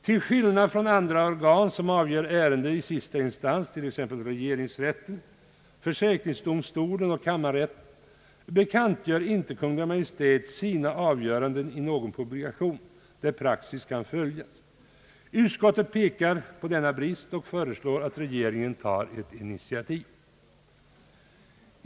Till skillnad från andra organ som avgör ärenden i sista instans, t.ex. regeringsrätten, försäkringsdomstolen och kammarrätten, bekantgör inte Kungl. Maj:t sina avgöranden i någon publikation där praxis kan följas. Utskottet pekar på denna brist och föreslår att regeringen tar ett initiativ.